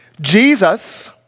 Jesus